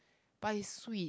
but is sweet